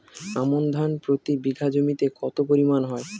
আমন ধান প্রতি বিঘা জমিতে কতো পরিমাণ হয়?